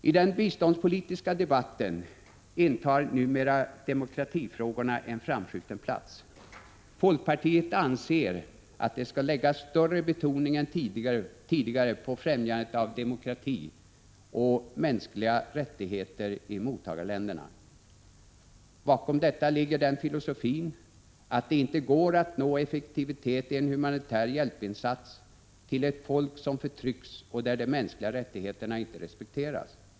I den biståndspolitiska debatten intar numera demokratifrågorna en framskjuten plats. Folkpartiet anser att det skall läggas starkare betoning än tidigare på främjandet av demokrati och mänskliga rättigheter i mottagarländerna. Bakom detta ligger den filosofin att det inte går att nå effektivitet i en humanitär hjälpinsats till ett folk som förtrycks och där de mänskliga rättigheterna inte respekteras.